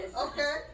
Okay